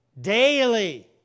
Daily